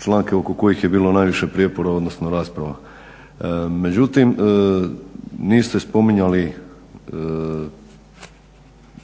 članke oko kojih je bilo najviše prijepora odnosno rasprava. Međutim, niste spominjali